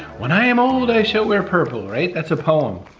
when i am old, i shall wear purple, right? that's a poem,